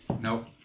Nope